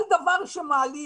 כל דבר שמעלים,